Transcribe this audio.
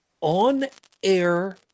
on-air